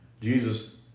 Jesus